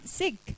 sick